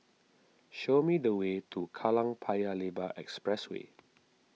show me the way to Kallang Paya Lebar Expressway